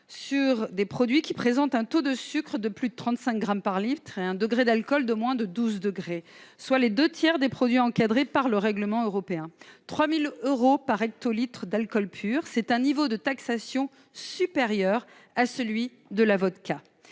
sur les produits présentant un taux de sucre de plus de 35 grammes par litre et un degré d'alcool inférieur à 12 degrés, soit les deux tiers des produits encadrés par le règlement européen. Mes chers collègues, 3 000 euros par hectolitre d'alcool pur, c'est un niveau de taxation supérieur à celui de la vodka